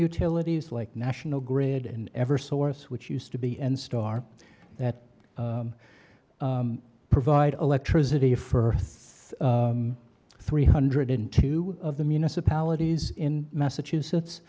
utilities like national grid in ever source which used to be and star that provide electricity firth three hundred in two of the municipalities in massachusetts